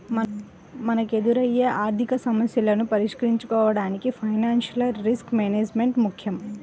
మనకెదురయ్యే ఆర్థికసమస్యలను పరిష్కరించుకోడానికి ఫైనాన్షియల్ రిస్క్ మేనేజ్మెంట్ ముక్కెం